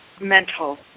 mental